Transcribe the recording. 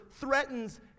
threatens